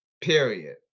Period